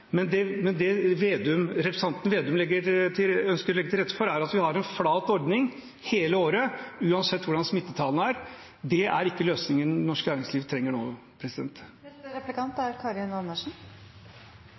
Men det representanten Slagsvold Vedum ønsker å legge til rette for, er at vi har en flat ordning hele året, uansett hvordan smittetallene er. Det er ikke den løsningen norsk næringsliv trenger nå.